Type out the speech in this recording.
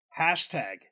Hashtag